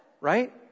right